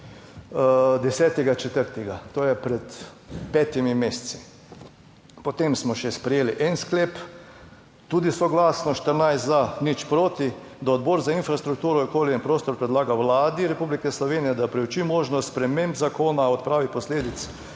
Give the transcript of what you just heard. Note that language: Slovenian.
10. 4., to je pred petimi meseci, potem smo še sprejeli en sklep, tudi soglasno, 14 za, nič proti, da Odbor za infrastrukturo, okolje in prostor predlaga Vladi Republike Slovenije, da preuči možnost sprememb Zakona o odpravi posledic